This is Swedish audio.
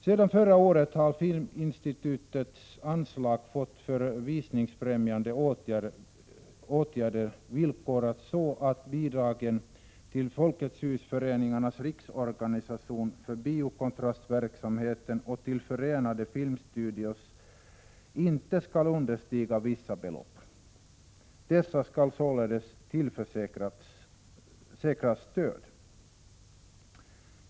Sedan förra året har Filminstitutets anslag för visningsfrämjande åtgärder villkorats så att bidragen till Folkets Hus-föreningarnas riksorganisation för Bio Kontrast-verksamheten och till Förenade Filmstudios inte skall understi ga vissa belopp. Dessa organisationer skall således tillförsäkras stöd.